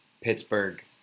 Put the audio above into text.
Pittsburgh